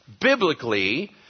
biblically